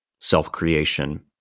self-creation